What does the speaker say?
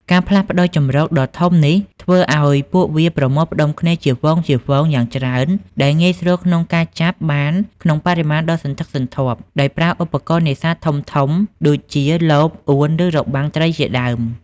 ការផ្លាស់ប្តូរជម្រកដ៏ធំនេះធ្វើឱ្យពួកវាប្រមូលផ្តុំគ្នាជាហ្វូងៗយ៉ាងច្រើន ដែលងាយស្រួលក្នុងការចាប់បានក្នុងបរិមាណដ៏សន្ធឹកសន្ធាប់ដោយប្រើឧបករណ៍នេសាទធំៗដូចជា លប អួន ឬរបាំងត្រីជាដើម។